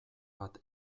bat